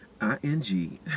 I-N-G